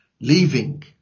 leaving